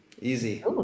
Easy